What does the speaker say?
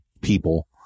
people